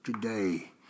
Today